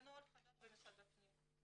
זה נוהל חדש במשרד הפנים,